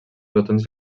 botons